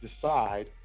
Decide